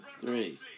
three